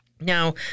Now